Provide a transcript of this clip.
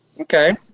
Okay